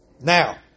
Now